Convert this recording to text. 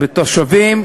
בתושבים.